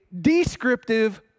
descriptive